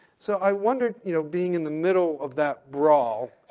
so i wonder, you know, being in the middle of that brawl,